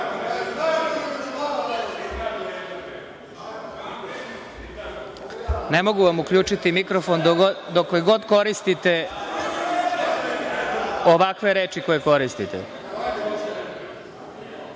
Ne mogu vam uključiti mikrofon dokle god koristite ovakve reči koje koristite. Potpuno